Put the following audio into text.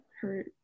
hurt